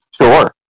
Sure